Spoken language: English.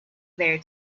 there